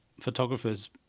photographers